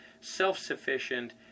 self-sufficient